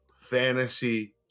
fantasy